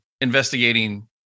investigating